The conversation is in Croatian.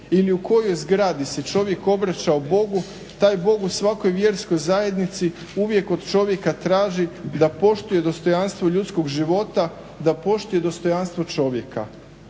ili u kojoj zgradi se čovjek obraćao Bogu taj Bog u svakoj vjerskoj zajednici uvijek od čovjeka traži da poštuje dostojanstvo ljudskog života, da poštuje dostojanstvo čovjeka.